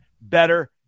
Better